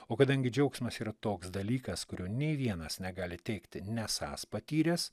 o kadangi džiaugsmas yra toks dalykas kurio nei vienas negali teigti nesąs patyręs